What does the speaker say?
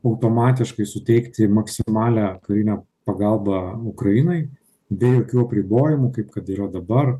automatiškai suteikti maksimalią karinę pagalbą ukrainai be jokių apribojimų kaip kad yra dabar